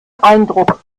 eindruck